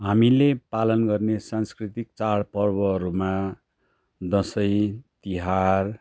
हामीले पालन गर्ने सांस्कृतिक चाड पर्वहरूमा दसैँ तिहार